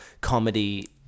comedy